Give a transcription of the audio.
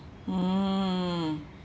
hmm